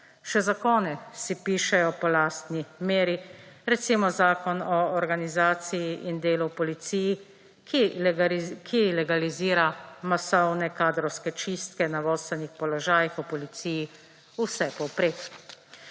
Še zakone si pišejo po lastni meri, recimo Zakon o organizaciji in delu v policiji, ki legalizira masovne kadrovske čistke na vodstvenih položajih v policiji vsepovprek.